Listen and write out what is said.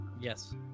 Yes